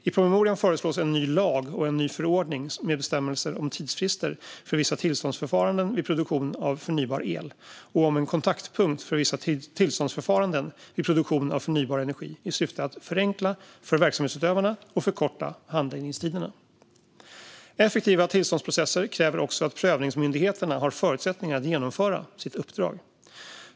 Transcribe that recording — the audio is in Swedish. I promemorian föreslås en ny lag och en ny förordning med bestämmelser om tidsfrister för vissa tillståndsförfaranden vid produktion av förnybar el och om en kontaktpunkt för vissa tillståndsförfaranden vid produktion av förnybar energi i syfte att förenkla för verksamhetsutövarna och förkorta handläggningstiderna. Effektiva tillståndsprocesser kräver också att prövningsmyndigheterna har förutsättningar att genomföra sitt uppdrag.